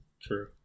True